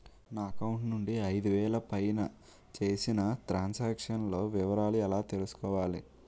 నా అకౌంట్ నుండి ఐదు వేలు పైన చేసిన త్రం సాంక్షన్ లో వివరాలు ఎలా తెలుసుకోవాలి?